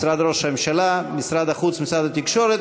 משרד ראש הממשלה, משרד החוץ ומשרד התקשורת,